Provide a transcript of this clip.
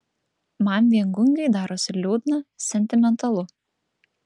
man viengungiui darosi liūdna sentimentalu